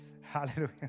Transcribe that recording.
Hallelujah